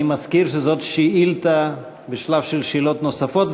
אני מזכיר שזאת שאילתה בשלב של שאלות נוספות,